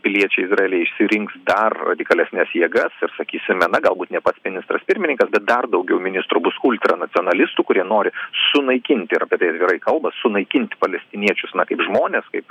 piliečiai izraelyje išsirinks dar radikalesnes jėgas ir sakysime na galbūt ne pats ministras pirmininkas dar daugiau ministrų bus ultranacionalistų kurie nori sunaikinti ir apie tai jis gerai kalba sunaikint palestiniečius na kaip žmones kaip